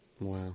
Wow